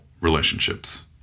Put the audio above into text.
relationships